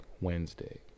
Wednesday